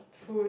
food